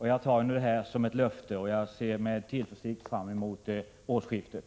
Jag tar detta som ett löfte, och jag ser med tillförsikt fram mot årsskiftet.